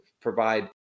provide